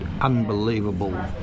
unbelievable